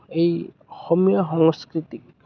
এই অসমীয়া সংস্কৃতিক